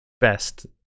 best